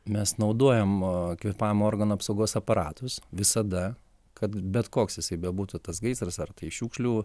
mes naudojam kvėpavimo organų apsaugos aparatus visada kad bet koks jisai bebūtų tas gaisras ar tai šiukšlių